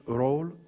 role